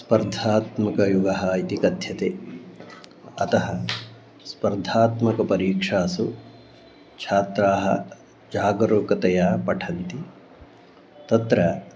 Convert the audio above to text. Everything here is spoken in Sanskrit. स्पर्धात्मकयुगः इति कथ्यते अतः स्पर्धात्मकपरीक्षासु छात्राः जागरूकतया पठन्ति तत्र